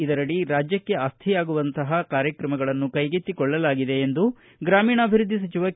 ಇದರಡಿ ರಾಜ್ಯಕ್ಕೆ ಆಸ್ತಿಯಾಗುವಂತ ಕಾರ್ಯಕ್ರಮಗಳನ್ನು ಕೈಗೆತ್ತಿಕೊಳ್ಳಲಾಗಿದೆ ಎಂದು ಗ್ರಾಮೀಣಾಭಿವೃದ್ಧಿ ಸಚಿವ ಕೆ